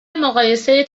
مقایسه